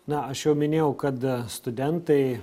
na aš jau minėjau kad studentai